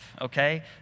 okay